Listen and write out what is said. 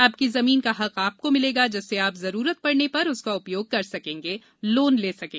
आपकी जमीन का हक आपको मिलेगा जिससे आप जरूरत पडऩे पर उसका उपयोग कर सकें लोन ले सकें